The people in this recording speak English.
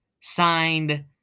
signed